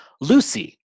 lucy